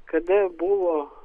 kada buvo